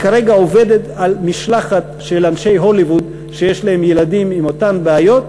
היא כרגע עובדת על משלחת של אנשי הוליווד שיש להם ילדים עם אותן בעיות,